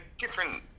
different